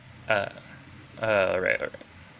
err err alright aright